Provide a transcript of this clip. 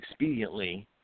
expediently